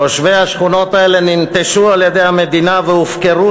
תושבי השכונות האלה ננטשו על-ידי המדינה והופקרו